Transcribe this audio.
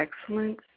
excellence